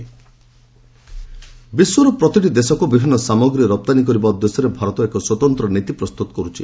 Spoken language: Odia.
ଏକ୍ସପୋର୍ଟ୍ ବିଶ୍ୱର ପ୍ରତିଟି ଦେଶକୁ ବିଭିନ୍ନ ସାମଗ୍ରୀ ରପ୍ତାନୀ କରିବା ଉଦ୍ଦେଶ୍ୟରେ ଭାରତ ଏକ ସ୍ପତନ୍ତ୍ର ନୀତି ପ୍ରସ୍ତୁତ କରୁଛି